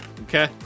Okay